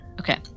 Okay